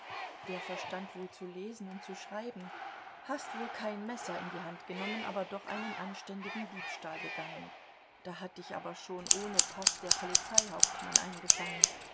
der verstand wohl zu lesen und zu schreiben hast wohl kein messer in die hand genommen aber doch einen anständigen diebstahl begangen da hat dich aber schon ohne paß der polizeihauptmann eingefangen